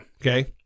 Okay